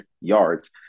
yards